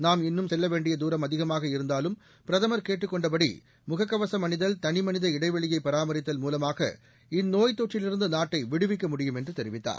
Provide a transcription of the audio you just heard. நாம் இன்னும் செல்ல வேண்டிய தூரம் அதிகமாக இருந்தாலும் பிரதமர் கேட்டுக் கொண்டபடி முகக்கவசம் அணிதல் தனிமனித இடைவெளியை பராமரித்தல் மூலமாக இந்நோய் தொற்றிலிருந்து நாட்டை விடுவிக்க முடியும் என்று தெரிவித்தார்